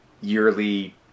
yearly